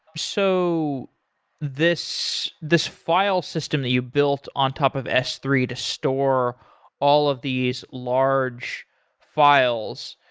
so this this file system that you built on top of s three to store all of these large files,